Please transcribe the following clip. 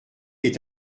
est